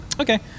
Okay